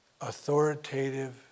authoritative